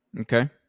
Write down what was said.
Okay